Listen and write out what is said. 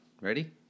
Ready